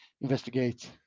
investigate